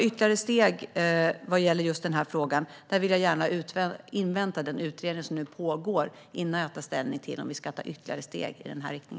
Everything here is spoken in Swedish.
Jag vill gärna invänta den utredning som nu pågår innan jag tar ställning till om vi ska ta ytterligare steg i denna riktning.